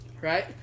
Right